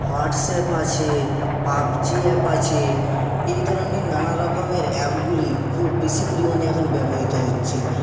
WhatsApp আছে PUBG app আছে এই ধরনের নানা রকমের অ্যাপগুলি খুব বেশি পরিমাণে এখন ব্যবহিত হচ্ছে